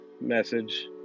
message